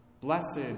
Blessed